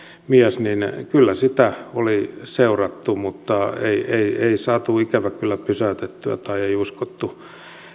mies kyllä häntä oli seurattu mutta ei ei saatu ikävä kyllä pysäytettyä tai ei uskottu